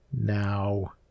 now